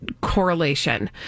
correlation